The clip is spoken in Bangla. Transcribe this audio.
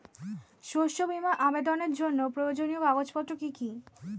শস্য বীমা আবেদনের জন্য প্রয়োজনীয় কাগজপত্র কি কি?